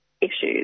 issues